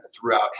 throughout